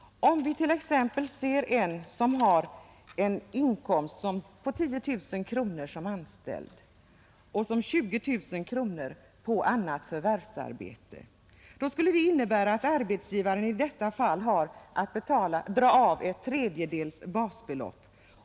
Om en person har en inkomst på 10000 kronor som anställd och 20 000 kronor av annat förvärvsarbete, skulle det innebära att arbetsgivaren har att dra av ett tredjedels basbelopp.